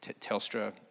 Telstra